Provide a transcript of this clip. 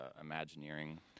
imagineering